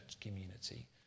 community